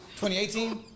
2018